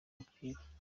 umupira